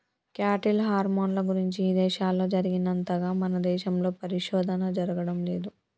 cattle హార్మోన్ల గురించి ఇదేశాల్లో జరిగినంతగా మన దేశంలో పరిశోధన జరగడం లేదు